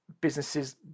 businesses